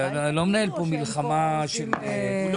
אני לא מנהל פה מלחמה של הצבעות.